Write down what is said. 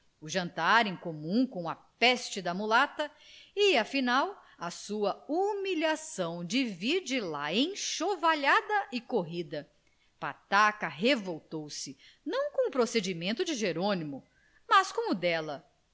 o jantar em comum com a peste da mulata e afinal a sua humilhação de vir de lá enxovalhada e corrida pataca revoltou-se não com o procedimento de jerônimo mas com o dela